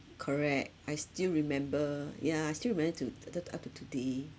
correct I still remember yeah I still remember to the the up to today